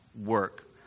work